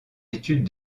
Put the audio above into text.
études